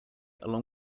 along